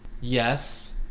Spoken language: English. Yes